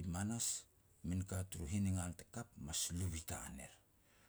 i manas min ka turu hiningal te kap mas lu bitan er.